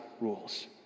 rules